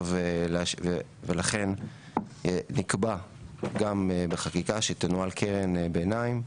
ולכן נקבע גם בחקיקה שתנוהל קרן ביניים,